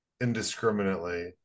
indiscriminately